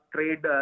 trade